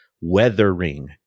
weathering